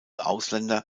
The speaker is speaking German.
ausländer